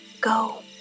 go